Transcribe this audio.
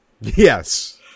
Yes